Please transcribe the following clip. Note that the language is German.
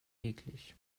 eklig